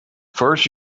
first